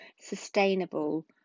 sustainable